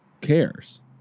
cares